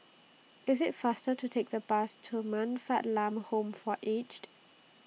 IT IS faster to Take The Bus to Man Fatt Lam Home For Aged